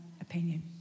opinion